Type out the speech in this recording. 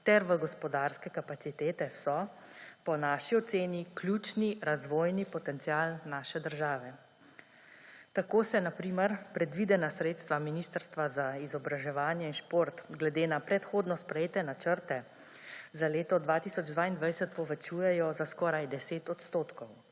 ter v gospodarske kapacitete so po naši oceni ključni razvojni potencial naše države. Tako se na primer predvidena sredstva Ministrstva za izobraževanje in šport, glede na predhodno sprejete načrte za leto 2022 povečujejo za skoraj 10 odstotkov.